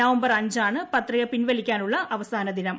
November അഞ്ചാണ് പത്രിക പിൻവലിക്കാനുളള അവസാന ദിനം